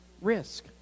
risk